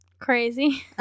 Crazy